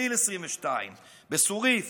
אפריל 2022, בצוריף